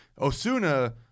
Osuna